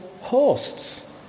hosts